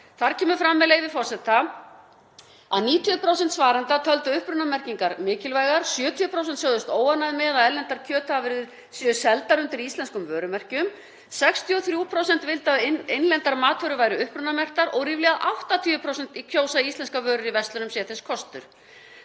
Þar kemur fram að 90% svarenda töldu upprunamerkingar mikilvægar, 70% sögðust óánægð með að erlendar kjötafurðir væru seldar undir íslenskum vörumerkjum, 63% vildu að innlendar matvörur væru upprunamerktar og ríflega 80% kjósa íslenskar vörur í verslunum sé þess kostur.